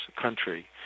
country